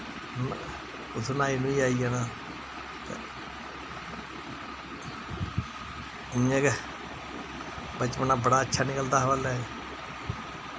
उत्थूं न्हाई न्हूइयै आई जाना ते इ'यां गै बचपना बड़ा अच्छा निकलदा हा उल्लै